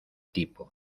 tipo